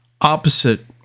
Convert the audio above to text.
opposite